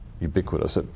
ubiquitous